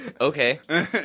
Okay